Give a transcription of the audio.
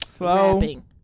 Rapping